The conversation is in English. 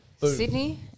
Sydney